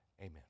Amen